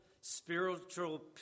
spiritual